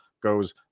goes